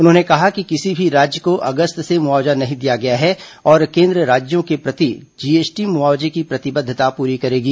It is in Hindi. उन्होंने कहा कि किसी भी राज्य को अगस्त से मुआवजा नहीं दिया गया है और केन्द्र राज्यों के प्रति जीएसटी मुआवजे की प्रतिबद्वता पूरी करेगा